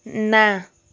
ନା